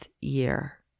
year